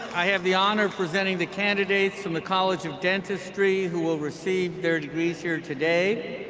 i have the honor of presenting the candidates from the college of dentistry who will receive their degrees here today.